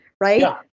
right